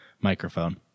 microphone